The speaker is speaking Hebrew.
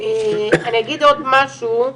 אני אגיד עוד משהו,